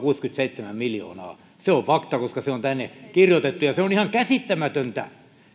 kuusikymmentäseitsemän miljoonaa se on fakta koska se on tänne kirjoitettu ja se on ihan käsittämätöntä